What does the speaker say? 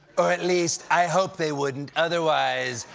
or at least, i hope they wouldn't. otherwise,